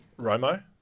Romo